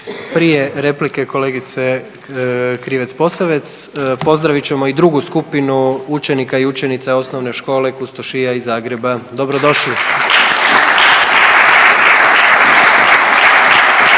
Prije replike kolegice Krivec Posavec pozdravit ćemo i drugu skupinu učenika i učenica Osnovne škole Kustošija iz Zagreba. Dobrodošli.